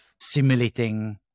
simulating